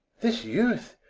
this youth,